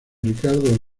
ricardo